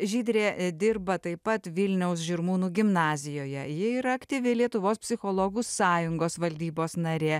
žydrė dirba taip pat vilniaus žirmūnų gimnazijoje ji yra aktyvi lietuvos psichologų sąjungos valdybos narė